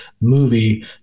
movie